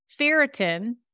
ferritin